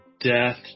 death